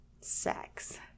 sex